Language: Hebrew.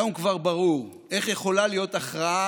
היום כבר ברור: איך יכולה להיות הכרעה,